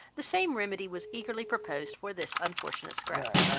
the same remedy was eagerly proposed for this unfortunate scratch,